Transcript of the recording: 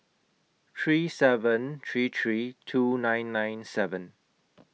three seven three three two nine nine seven